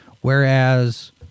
Whereas